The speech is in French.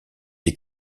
des